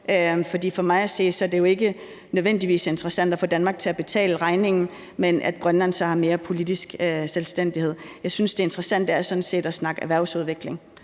For mig at se er det ikke nødvendigvis interessant at få Danmark til at betale regningen, men at Grønland har mere politisk selvstændighed. Jeg synes sådan set, at det interessante er at snakke erhvervsudvikling.